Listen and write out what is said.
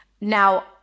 Now